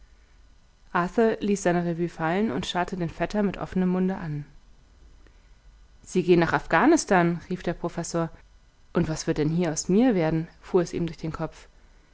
ließ seine revue fallen und starrte den vetter mit offenem munde an sie gehen nach afghanistan rief der professor und was wird denn hier aus mir werden fuhr es ihm durch den kopf